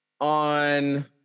on